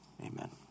Amen